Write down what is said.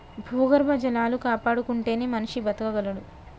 భూగర్భ జలాలు కాపాడుకుంటేనే మనిషి బతకగలడు